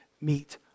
meet